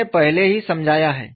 मैंने पहले ही समझाया है